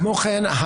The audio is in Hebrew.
כמו כן,